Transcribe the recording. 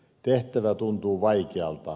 tehtävä tuntuu vaikealta